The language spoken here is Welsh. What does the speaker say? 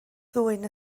ddwyn